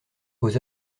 aux